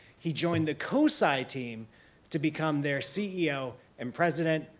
he joined the cosi team to become their ceo and president,